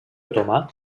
otomà